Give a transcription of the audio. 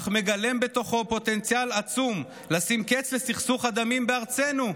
אך מגלם בתוכו פוטנציאל עצום לשים קץ לסכסוך הדמים בארצנו.